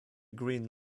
green